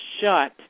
shut